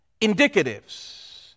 Indicatives